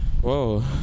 whoa